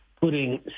putting